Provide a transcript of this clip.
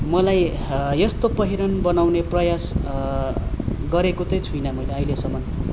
मलाई यस्तो पहिरन बनाउने प्रयास गरेको चाहिँ छुइनँ मैले अहिलेसम्म